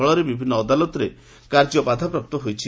ଫଳରେ ବିଭିନ୍ ଅଦାଲତରେ କାର୍ଯ୍ୟ ବାଧାପ୍ରାପ୍ତ ହୋଇଛି